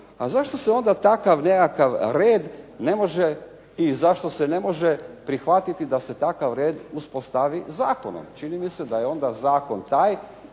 A zašto se onda takav nekakav red ne može i zašto se ne može prihvatiti da se takav red uspostavi zakonom? Čini mi se da je onda zakon taj